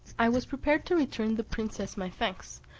i was prepared to return the princess my thanks,